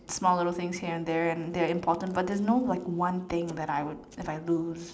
small little things here and there and they're important but there are no like one thing that I would I'll lose